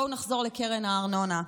בואו נחזור לקרן הארנונה.